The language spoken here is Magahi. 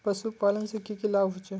पशुपालन से की की लाभ होचे?